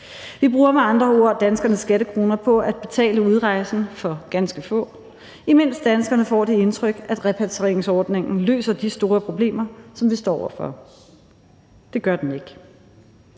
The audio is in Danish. Vi bruger med andre ord danskernes skattekroner på at betale udrejsen for ganske få, imens danskerne får det indtryk, at repatrieringsordningen løser de store problemer, som vi står over for. Det gør den ikke.